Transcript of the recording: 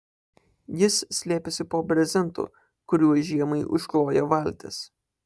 jis slėpėsi po brezentu kuriuo žiemai užkloja valtis